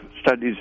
studies